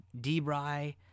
Debray